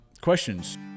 questions